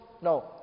No